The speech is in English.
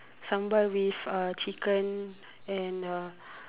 sambal with uh chicken and uh